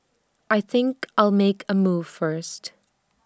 I think I'll make A move first